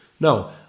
No